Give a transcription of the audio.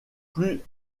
plus